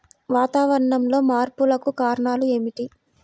వాతావరణంలో మార్పులకు కారణాలు ఏమిటి?